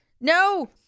No